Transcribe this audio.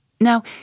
Now